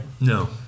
No